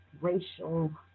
racial